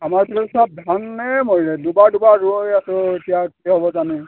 আমাৰফালেও চব ধানেই মৰিলে দুবাৰ দুবাৰ ৰুই আছো এতিয়া কি হ'ব জানো